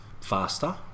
faster